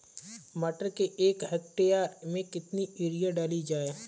मटर के एक हेक्टेयर में कितनी यूरिया डाली जाए?